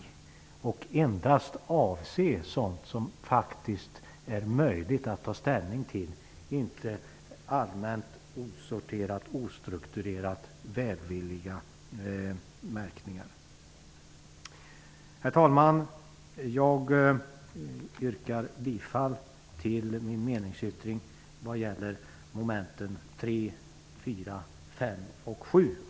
Den skall också endast avse sådant som det faktiskt är möjligt att ta ställning till, inte allmänt osorterade, ostrukturerade, välvilliga märkningar. Herr talman! Jag yrkar bifall till min meningsyttring vad gäller mom. 3--5 och 7.